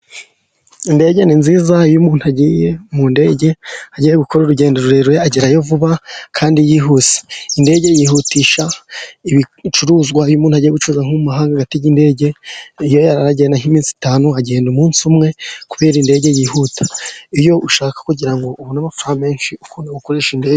Indege ni nziza, iyo umuntu agiye mu ndege agiye gukora urugendo rurerure agerayo vuba kandi yihuse. Indege yihutisha ibicuruzwa, iyo umuntu agiye gucuruza nko mu mahanga agatega indege, icyo gihe aho yari kugenda mu minsi itanu agenda umunsi umwe, kubera ko indege yihuta. Iyo ushaka kugira ngo ubone amafaranga menshi, ukoresha indege.